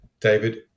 David